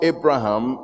Abraham